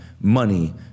money